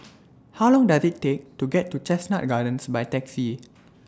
How Long Does IT Take to get to Chestnut Gardens By Taxi